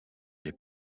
les